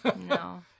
no